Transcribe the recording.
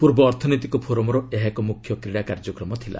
ପ୍ରର୍ବ ଅର୍ଥନୈତିକ ଫୋରମ୍ର ଏହା ଏକ ମୁଖ୍ୟ କ୍ରୀଡ଼ା କାର୍ଯ୍ୟକ୍ରମ ଥିଲା